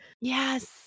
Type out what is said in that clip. Yes